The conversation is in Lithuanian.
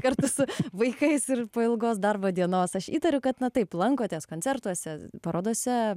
kartu su vaikais ir po ilgos darbo dienos aš įtariu kad na taip lankotės koncertuose parodose